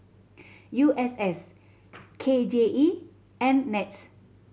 U S S K J E and NETS